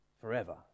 forever